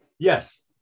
Yes